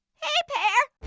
hey, pear.